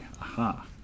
aha